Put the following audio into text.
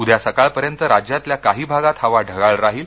उद्या सकाळ पर्यंत राज्यातल्या काही भागात हवा ढगाळ राहील